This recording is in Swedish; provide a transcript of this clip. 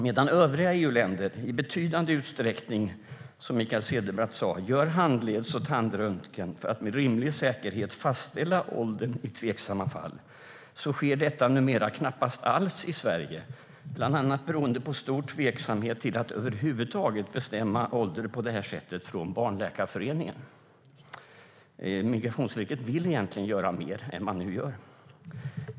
Medan övriga EU-länder i betydande utsträckning, som Mikael Cederbratt sa, gör handleds och tandröntgen för att med rimlig säkerhet fastställa åldern i tveksamma fall, sker detta numera knappast alls i Sverige, bland annat beroende på stor tveksamhet från Barnläkarföreningen till att över huvud taget bestämma åldern på det här sättet. Migrationsverket vill egentligen göra mer än man nu gör.